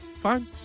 fine